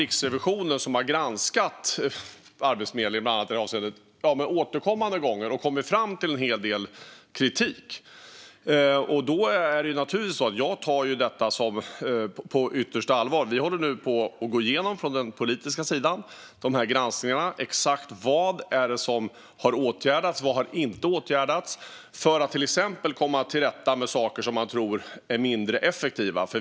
Riksrevisionen har återkommande granskat Arbetsförmedlingen i det avseendet och kommit fram till en hel del kritik. Det tar jag naturligtvis på yttersta allvar. Vi från den politiska sidan går nu igenom granskningarna och exakt vad det är som har åtgärdats och vad som inte har åtgärdats för att till exempel komma till rätta med saker som man tror är mindre effektiva.